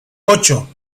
ocho